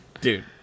Dude